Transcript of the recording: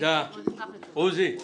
תודה, עוזי.